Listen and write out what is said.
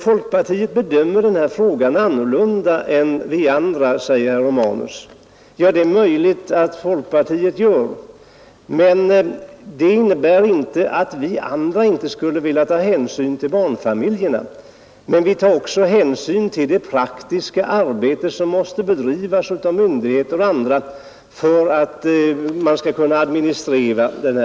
Folkpartiet bedömer den här frågan annorlunda än vi andra, säger herr Romanus. Det är möjligt att folkpartiet gör det, men det innebär inte att vi andra inte skulle vilja ta hänsyn till barnfamiljerna. Men vi tar också hänsyn till det praktiska arbete som måste bedrivas av myndigheter och andra för att man skall kunna administrera detta.